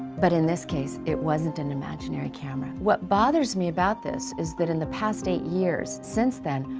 but in this case it wasn't an imaginary camera. what bothers me about this is that in the past eight years since then,